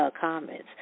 comments